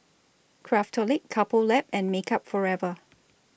Craftholic Couple Lab and Makeup Forever